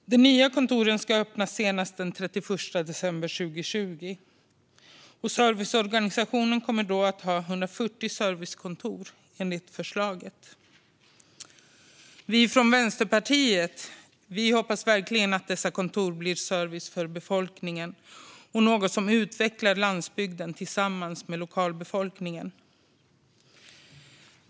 De nya kontoren ska ha öppnat senast den 31 december 2020, och serviceorganisationen kommer då att ha 140 servicekontor, enligt förslaget. Vi från Vänsterpartiet hoppas verkligen att dessa kontor blir service för befolkningen och något som utvecklar landsbygden tillsammans med lokalbefolkningen.